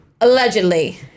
Allegedly